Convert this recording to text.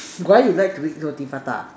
why you like to eat roti prata